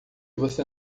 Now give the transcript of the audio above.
você